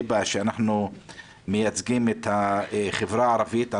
היבה, שאנחנו מייצגים את החברה הערבית.